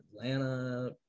Atlanta